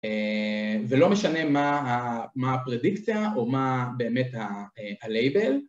ולא משנה מה ה... מה הפרדיקציה או מה באמת הלייבל